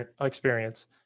experience